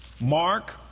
Mark